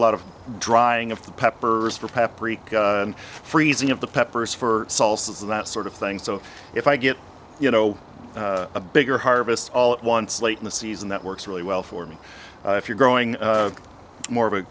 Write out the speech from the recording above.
a lot of drying of the peppers for paprika and freezing of the peppers for salsas and that sort of thing so if i get you know a bigger harvest all at once late in the season that works really well for me if you're growing more of a